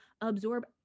absorb